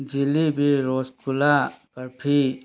jalebi rasgulla barfi